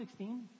2016